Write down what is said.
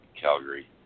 Calgary